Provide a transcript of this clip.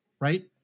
right